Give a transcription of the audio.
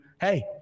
hey